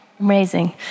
Amazing